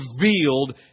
revealed